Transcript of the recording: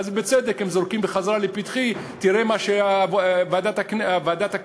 ואז בצדק הם זורקים בחזרה לפתחי: תראה מה שוועדת הכלכלה,